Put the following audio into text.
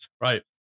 Right